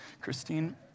Christine